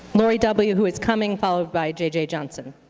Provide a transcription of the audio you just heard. lori w. who is coming, followed by jj johnson.